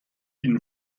ihnen